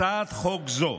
הצעת חוק זו